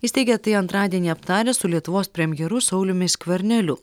įsteigė tai antradienį aptaręs su lietuvos premjeru sauliumi skverneliu